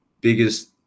biggest